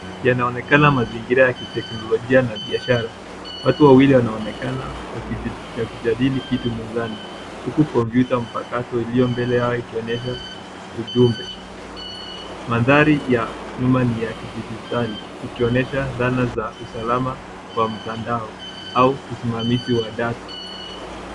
Yanaonekana mazingira ya kiteknolojia na biashara. Watu wawili wanaonekana wakijadili kitu mezani huku kompyuta mpakato iliyo mbele yao ikionyesha ujumbe. Mandhari ya nyuma ni ya kidijitali ikionyesha dhana za usalama wa mtandao au usimamizi wa data.